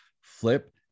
flip